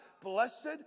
Blessed